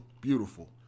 beautiful